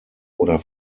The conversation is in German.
oder